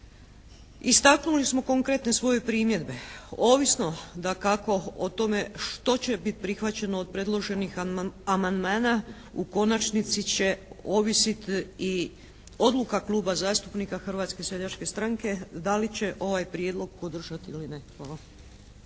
istaknuli smo konkretne svoje primjedbe, ovisno dakako o tome što će biti prihvaćeno od predloženih amandmana u konačnici će ovisiti i odluka Kluba zastupnika Hrvatske seljačke stranke da li će ovaj prijedlog podržati ili ne. Hvala.